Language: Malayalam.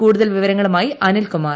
കൂടുതൽ വിവരങ്ങളുമായി അനിൽകുമാർ